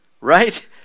Right